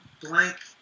blank